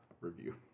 review